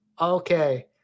Okay